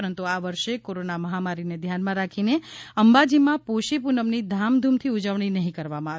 પરંતુ આ વર્ષે કોરોના મહામારીને ધ્યાનમાં રાખીને અંબાજીમાં પોષી પૂનમની ધૂમધામથી ઉજવણી નહીં કરવામાં આવે